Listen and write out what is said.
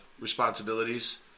responsibilities